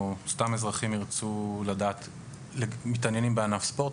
או סתם אזרחים שמתעניינים בענף ספורט,